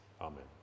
Amen